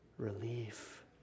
relief